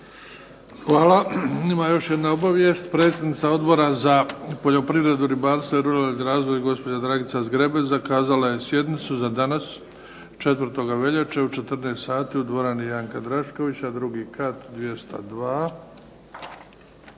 Hvala. Ima još jedna obavijest. Predsjednica Odbora za poljoprivredu, ribarstvo i ruralni razvoj, gospođa Dragica Zgrebec, zakazala je sjednicu za danas 04. veljače u 14 sati u dvorani "Janka Draškovića", II kat, 202.